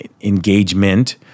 engagement